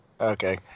Okay